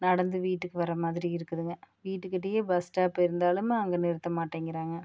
நடந்து வீட்டுக்கு வர மாதிரி இருக்குதுங்க வீட்டுக்கிட்டேயே பஸ் ஸ்டாப் இருந்தாலும் அங்கே நிறுத்த மாட்டேங்கிறாங்க